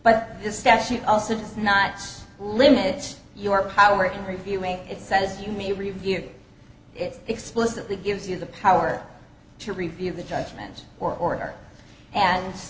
but the statute also does nots limits your power in reviewing it says you may review it explicitly gives you the power to review the judgment or order and